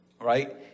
right